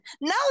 Now